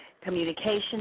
Communication